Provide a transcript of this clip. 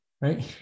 right